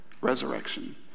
resurrection